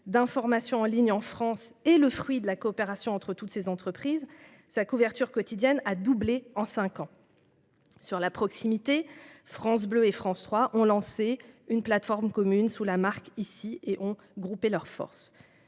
d'information en ligne en France, est le fruit de la coopération entre toutes ces entreprises. Sa couverture quotidienne a doublé en cinq ans. En ce qui concerne la proximité, France Bleu et France 3 ont lancé une plateforme commune sous la marque « Ici » et ont groupé leurs forces.